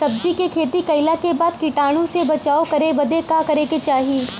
सब्जी के खेती कइला के बाद कीटाणु से बचाव करे बदे का करे के चाही?